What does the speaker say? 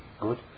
good